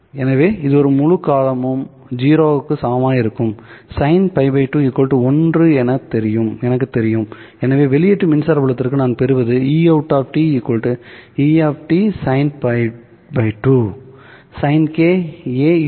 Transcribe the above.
எனவே இது முழு காலமும் 0 க்கு சமமாக இருக்கும் sin π 2 1 என்று எனக்குத் தெரியும் எனவே வெளியீட்டு மின்சார புலத்திற்கு நான் பெறுவது Eout E¿ sin ⁡ sin k Auac